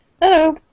Hello